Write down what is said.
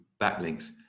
backlinks